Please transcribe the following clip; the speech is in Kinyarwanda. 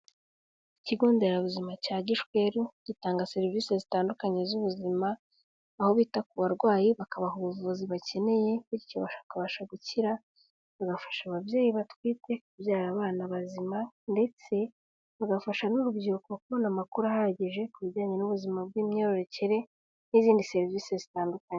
Ikigo nderabuzima cya Gishweru, gitanga serivisi zitandukanye z'ubuzima aho bita ku barwayi bakabaha ubuvuzi bakeneye bityo bakabasha gukira, bagafasha ababyeyi batwite kubyara abana bazima, ndetse bagafasha n'urubyiruko kubona amakuru ahagije ku bijyanye n'ubuzima bw'imyororokere n'izindi serivisi zitandukanye.